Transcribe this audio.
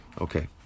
Okay